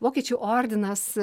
vokiečių ordinas